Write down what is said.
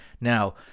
Now